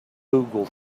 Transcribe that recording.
google